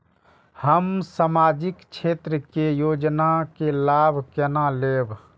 हम सामाजिक क्षेत्र के योजना के लाभ केना लेब?